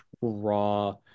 raw